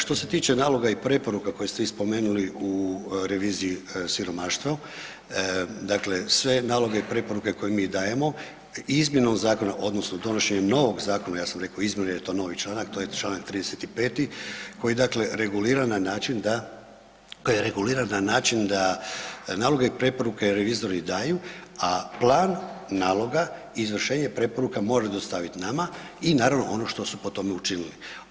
Što se tiče naloga i preporuka koje ste vi spomenuli u reviziji siromaštva, dakle sve naloge i preporuke koje mi dajemo, izmjenom zakona odnosno donošenjem novog zakona, ja sam rekao izmjenom jer je to novi članak, to je čl. 35. koji, dakle reguliran na način da, koji je reguliran na način da naloge i preporuke revizori daju, a plan naloga i izvršenje preporuka može dostavit nama i naravno ono što su po tome učinili.